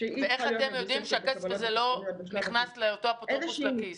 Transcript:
--- איך אתם יודעים שהכסף הזה לא נכנס לאפוטרופוס לכיס?